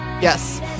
yes